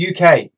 UK